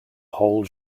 whole